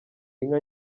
inka